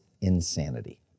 insanity